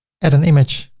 add and image,